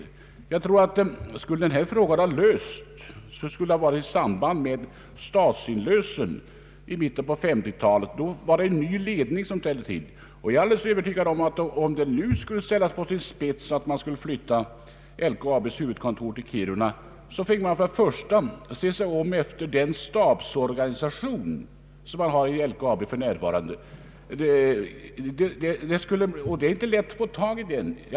Denna fråga skulle ha lösts i samband med statsinlösen i mitten på 1950 talet, då en ny ledning för LKAB trädde till. Skulle det nu ställas på sin spets att flytta LKAB:s huvudkontor till Kiruna finge man se sig om efter en annan stabsorganisation än den som för närvarande finns i LKAB. Det är inte lätt att få tag i en sådan.